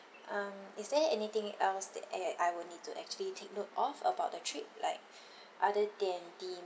um is there anything else that eh I will need to actually take note of about the trip like other than the